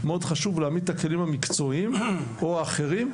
מאוד חשוב להעמיד את הכלים המקצועיים או האחרים,